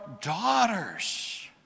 daughters